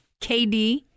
KD